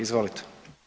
Izvolite.